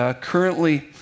currently